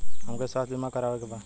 हमके स्वास्थ्य बीमा करावे के बा?